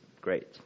great